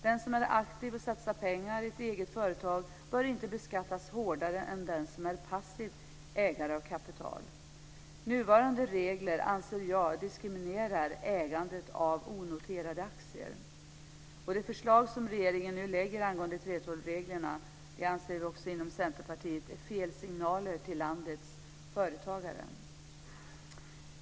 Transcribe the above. Den som är aktiv och satsar pengar i ett eget företag bör inte beskattas hårdare än den som är passiv ägare av kapital. Nuvarande regler anser jag diskriminerar ägande av onoterade aktier. Det förslag som regeringen nu lägger angående 3:12-reglerna anser vi inom Centerpartiet ger fel signaler till landets företagare.